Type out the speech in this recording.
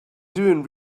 doing